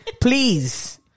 Please